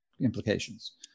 implications